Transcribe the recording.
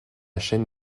chaîne